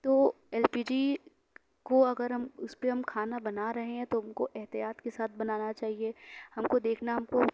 تو L P G کو اگر ہم اس پہ ہم کھانا بنا رہے ہیں تو ہم کو احتیاط کے ساتھ بنانا چاہیے ہم کو دیکھنا ہم کو